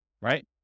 right